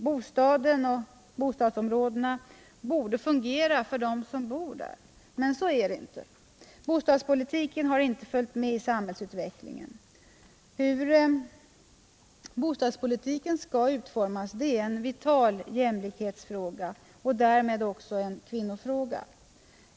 Bostaden och bostadsområdena borde fungera för dem som bor där. Men så är det inte. Bostadspolitiken har inte följt med i samhällsutvecklingen. Hur bostadspolitiken skall utformas är en vital jämlikhetsfråga och därmed också en kvinnofråga.